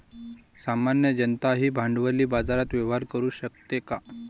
सामान्य जनताही भांडवली बाजारात व्यवहार करू शकते का?